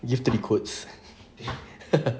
you have to be codes